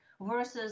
versus